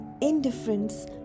indifference